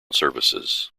services